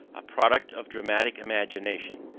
a product of dramatic imagination,